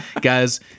guys